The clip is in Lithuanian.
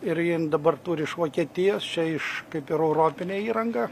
ir jin dabar turi iš vokietijos čia iš kaip ir europinė įranga